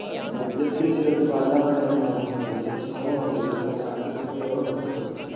यत्किञ्चित् अपि वातावरणं भवतु तत् सर्वमपि तत्र प्राकृतिकमेव वर्तते